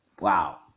Wow